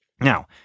Now